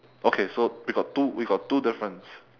okay so we got two we got two difference